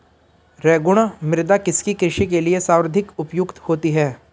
रेगुड़ मृदा किसकी कृषि के लिए सर्वाधिक उपयुक्त होती है?